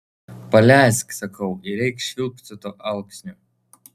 paleisk sakau ir eik švilpt su tuo alksniu